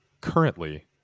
currently